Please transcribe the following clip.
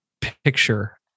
picture